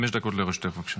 חמש דקות לרשותך, בבקשה.